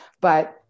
but-